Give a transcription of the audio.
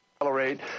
Accelerate